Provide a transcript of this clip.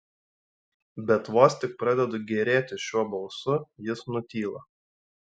bet vos tik pradedu gėrėtis šiuo balsu jis nutyla